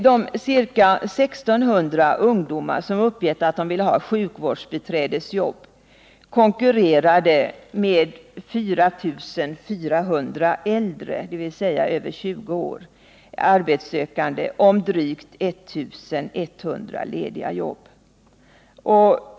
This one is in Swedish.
De ca 1600 ungdomar som uppgivit att de vill ha sjukvårdsbiträdesjobb konkurrerade med 4 400 äldre arbetssökande, dvs. över 20 år, om drygt 1 100 lediga platser.